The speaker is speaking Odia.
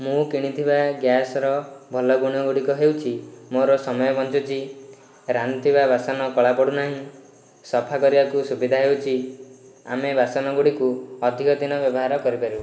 ମୁଁ କିଣିଥିବା ଗ୍ୟାସର ଭଲ ଗୁଣ ଗୁଡ଼ିକ ହେଉଛି ମୋର ସମୟ ବଞ୍ଚୁଛି ରାନ୍ଧୁଥିବା ବାସନ କଳା ପଡ଼ୁନାହିଁ ସଫା କରିବାକୁ ସୁବିଧା ହେଉଛି ଆମେ ବାସନ ଗୁଡ଼ିକୁ ଅଧିକ ଦିନ ବ୍ୟବହାର କରିପାରିବୁ